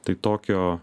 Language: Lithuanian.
tai tokio